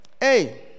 Hey